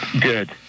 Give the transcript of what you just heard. Good